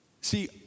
See